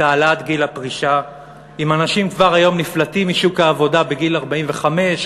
העלאת גיל הפרישה אם אנשים כבר היום נפלטים משוק העבודה בגיל 45,